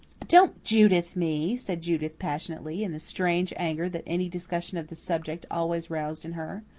don't judith me! said judith passionately, in the strange anger that any discussion of the subject always roused in her.